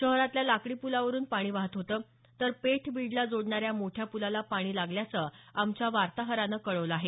शहरातल्या लाकडी प्लावरुन पाणी वाहत होतं तर पेठ बीडला जोडणाऱ्या मोठ्या प्लाला पाणी लागल्याचं आमच्या वार्ताहरानं कळवलं आहे